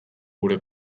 gure